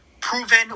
proven